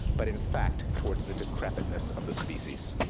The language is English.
but, in fact, towards the decrepitness of the species.